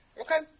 Okay